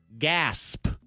Gasp